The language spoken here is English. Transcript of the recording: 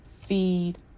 Feed